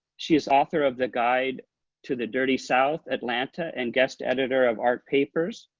she is author of the guide to the dirty south atlanta, and guest editor of art papers.